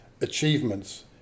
achievements